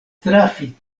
trafi